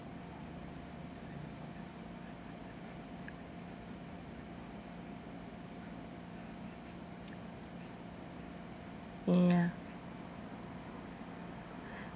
ya